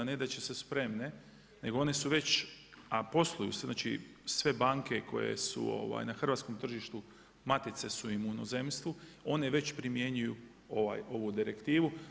Ne da su spremne nego one su već, a posluju znači sve banke koje su na hrvatskom tržištu matice su im u inozemstvu, one već primjenjuju ovu direktivu.